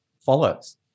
follows